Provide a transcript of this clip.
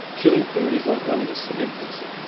chewing food is like running a cement mixer.